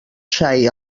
xai